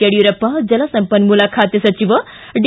ಯಡ್ಕೂರಪ್ಪ ಜಲಸಂಪನ್ಮೂಲ ಖಾತೆ ಸಚಿವ ಡಿ